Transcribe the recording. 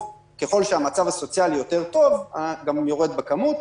ככול שהמצב הסוציאלי יותר טוב, זה גם יורד בכמות.